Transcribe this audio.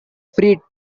free